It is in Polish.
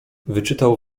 wyczytał